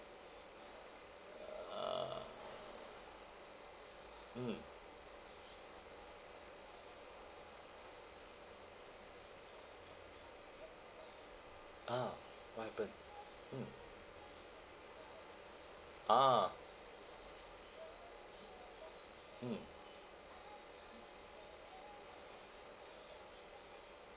ya mm ah what happen mm a'ah mm